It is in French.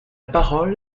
parole